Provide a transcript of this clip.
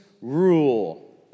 rule